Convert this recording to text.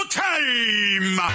time